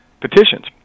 petitions